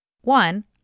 one